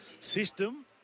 System